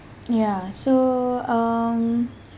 ya so um